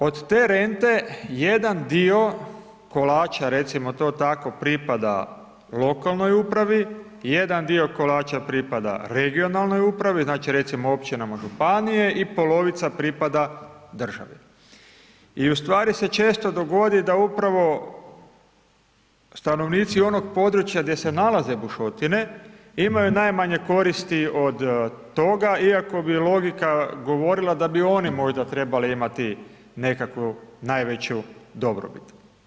Od te rente jedan dio kolača, recimo to tako, pripada lokalnoj upravi, jedan dio kolača pripada regionalnoj upravi, znači, recimo općinama županije i polovica pripada državi i u stvari se često dogodi da upravo stanovnici onog područja gdje se nalaze bušotine imaju najmanje koristi od toga iako bi logika govorila da bi oni možda trebali imati nekakvu najveću dobrobit.